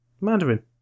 Mandarin